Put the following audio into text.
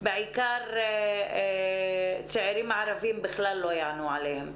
בעיקר צעירים ערביים בכלל לא יענו עליהם.